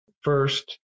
first